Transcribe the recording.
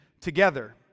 together